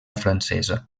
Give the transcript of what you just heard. francesa